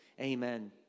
amen